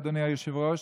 אדוני היושב-ראש,